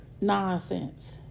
Nonsense